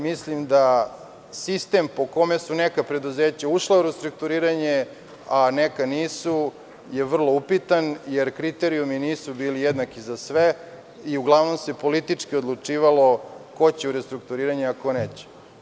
Mislim da sistem po kojem su neka preduzeća ušla u restrukturiranje, a neka nisu, je vrlo upitan, jer kriterijumi nisu bili jednaki za sve i uglavnom se politički odlučivalo ko će u restrukturiranje a ko neće.